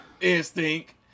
instinct